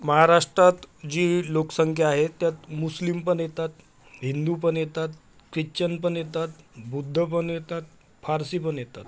महाराष्ट्रात जी लोकसंख्या आहे त्यात मुस्लीम पण येतात हिंदू पण येतात ख्रिच्छन पण येतात बुद्ध पण येतात फारशी पण येतात